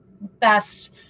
best